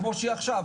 כמו שהיא עכשיו.